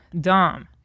dumb